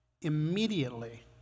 Immediately